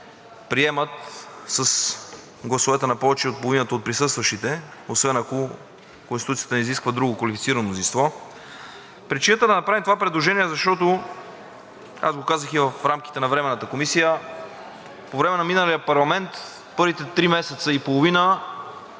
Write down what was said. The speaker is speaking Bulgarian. приемат с гласовете на повече от половината от присъстващите, освен ако Конституцията не изисква друго квалифицирано мнозинство. Причината да направим това предложение е, защото, аз го казах и в рамките на Временната комисия, по време на миналия парламент първите три месеца и половина